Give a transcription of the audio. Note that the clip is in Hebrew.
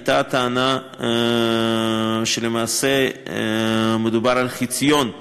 היה הטענה שלמעשה מדובר על חציון,